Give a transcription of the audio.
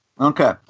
Okay